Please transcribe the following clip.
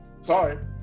Sorry